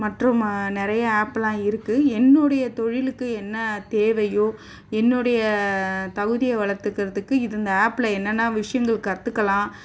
மற்றும் நிறைய ஆப்லாம் இருக்கு என்னுடைய தொழிலுக்கு என்ன தேவையோ என்னுடைய தகுதியை வளர்த்துக்கறதுக்கு இது இந்த ஆப்பில் என்னென்னா விஷயங்கள் கற்றுக்கலாம்